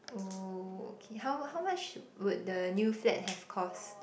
oh okay how how much would the new flat have cost